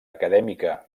acadèmica